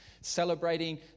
celebrating